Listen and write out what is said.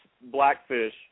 blackfish